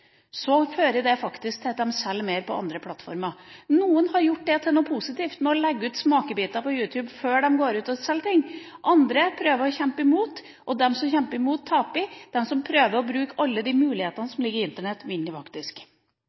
fører det faktisk til at de selger mer på andre plattformer. Noen har gjort det til noe positivt ved å legge ut smakebiter på YouTube før de selger det, andre prøver å kjempe imot. De som kjemper imot, taper. De som prøver å bruke alle de mulighetene som ligger på Internett,